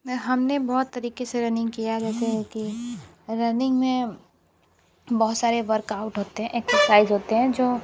नहीं हमने बहुत तरीके से रनिंग किया है जैसे है कि रनिंग में बहुत सारे वर्कआउट होते हैं एक्सरसाइज़ होते हैं जो